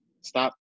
stop